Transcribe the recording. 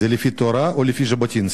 זה לפי התורה או לפי ז'בוטינסקי.